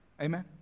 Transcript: Amen